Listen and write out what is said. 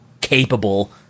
capable